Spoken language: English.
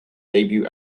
debut